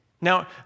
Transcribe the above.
Now